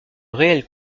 réelle